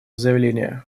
заявление